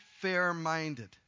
fair-minded